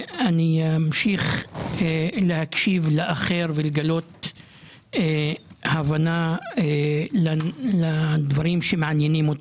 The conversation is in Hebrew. אני אמשיך להקשיב לאחר ולגלות הבנה לדברים שמעניינים אותו.